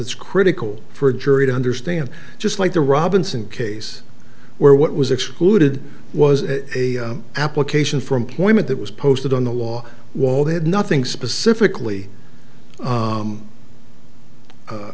that's critical for a jury to understand just like the robinson case where what was excluded was a application for employment that was posted on the law wall that had nothing specifically